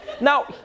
Now